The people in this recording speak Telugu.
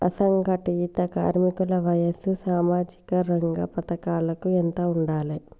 అసంఘటిత కార్మికుల వయసు సామాజిక రంగ పథకాలకు ఎంత ఉండాలే?